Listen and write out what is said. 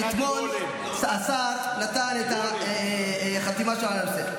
ואתמול השר נתן את החתימה שלו לנושא.